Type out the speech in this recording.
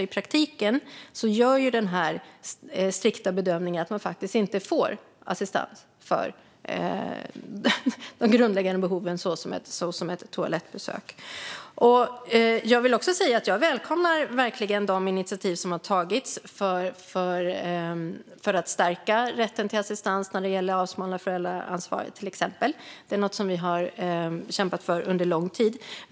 I praktiken gör den strikta bedömningen att man inte får assistans för grundläggande behov såsom toalettbesök. Jag välkomnar verkligen de initiativ som har tagits för att stärka rätten till assistans när det gäller till exempel avsmalnat föräldraansvar, som är något vi har kämpat för under lång tid.